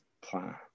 plan